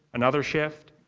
another shift,